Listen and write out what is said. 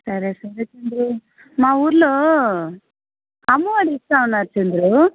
సరే సరే చంద్రు మా ఊళ్ళో అమ్మ ఒడి ఇస్తు ఉన్నారు చంద్రు